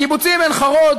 הקיבוצים עין-חרוד,